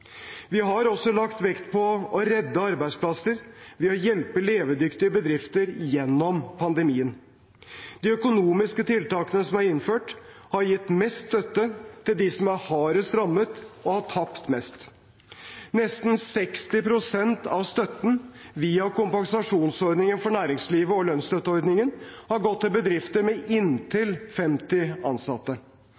Vi har også lagt vekt på å redde arbeidsplasser ved å hjelpe levedyktige bedrifter gjennom pandemien. De økonomiske tiltakene som er innført, har gitt mest støtte til dem som er hardest rammet og har tapt mest. Nesten 60 pst. av støtten via kompensasjonsordningen for næringslivet og lønnsstøtteordningen har gått til bedrifter med inntil